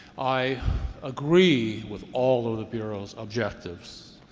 i agree with all of the bureau's objectives,